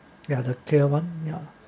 ya the clear one ya